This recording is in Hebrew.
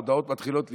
הודעות מתחילות לזרום: